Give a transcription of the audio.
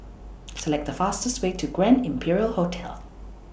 Select The fastest Way to Grand Imperial Hotel